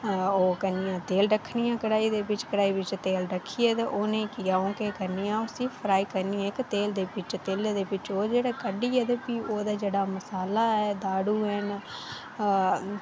ओह् करनी आं तेल रक्खनी आं कढ़ाई दे बिच कढ़ाई बिच तेल रक्खियै ते उ'नेंगी अ'ऊं केह् करनी अ'ऊं फ्राई करनी आं तेल दे बिच ओह् जेह्ड़ा कड्ढियै ते प्ही ओह्दा जेह्ड़ा मसाला ऐ दाडू ऐ